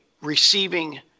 receiving